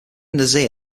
nazir